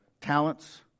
talents